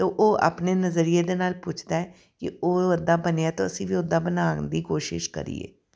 ਤਾਂ ਉਹ ਆਪਣੇ ਨਜ਼ਰੀਏ ਦੇ ਨਾਲ ਪੁੱਛਦਾ ਕਿ ਉਹ ਇੱਦਾਂ ਬਣਿਆ ਤਾਂ ਅਸੀਂ ਵੀ ਉੱਦਾਂ ਬਣਾਉਣ ਦੀ ਕੋਸ਼ਿਸ਼ ਕਰੀਏ